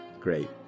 great